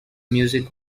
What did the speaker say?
music